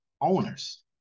owners